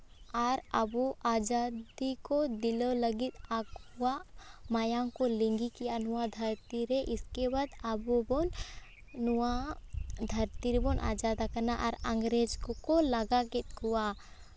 ᱟᱨ ᱟᱵᱚ ᱟᱡᱟᱫᱤ ᱠᱚ ᱫᱤᱞᱟᱹᱣ ᱞᱟᱹᱜᱤᱫ ᱟᱠᱚᱣᱟᱜ ᱢᱟᱭᱟᱢ ᱠᱚ ᱞᱤᱸᱜᱤ ᱠᱮᱜᱼᱟ ᱱᱚᱣᱟ ᱫᱷᱟᱹᱨᱛᱤ ᱨᱮ ᱤᱥᱠᱮᱵᱟᱫ ᱟᱵᱚᱵᱚᱱ ᱱᱚᱣᱟ ᱫᱷᱟᱹᱨᱛᱤ ᱨᱮᱵᱚᱱ ᱟᱡᱟᱫ ᱟᱠᱟᱱᱟ ᱟᱨ ᱤᱝᱨᱮᱡᱽ ᱠᱚᱠᱚ ᱞᱟᱜᱟ ᱠᱮᱫ ᱠᱚᱣᱟ